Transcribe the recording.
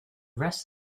rest